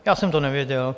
Já jsem to nevěděl.